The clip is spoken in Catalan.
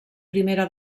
primera